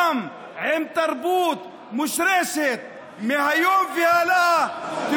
מעשינו לבנים וטובים אך המלחמות שלנו שחורות וקשות,